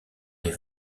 les